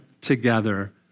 together